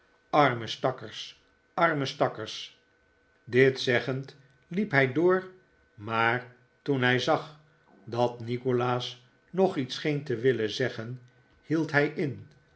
arme stakkers arme stakkers dit zeggend liep hij door maar toen hij zag dat nikolaas nog iets scheen te willen zeggen hield hij in